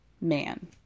man